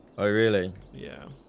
oh, really? yeah.